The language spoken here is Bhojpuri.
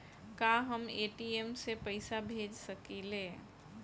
का हम ए.टी.एम से पइसा भेज सकी ले?